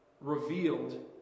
revealed